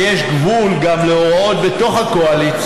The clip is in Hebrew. ויש גם גבול להוראות להצביע בתוך הקואליציה.